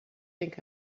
think